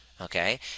okay